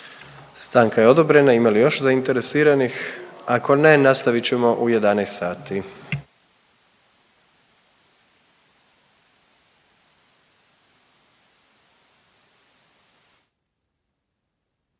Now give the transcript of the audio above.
Stanka je odobrena. Ima li još zainteresiranih? Ako ne, nastavit ćemo u 11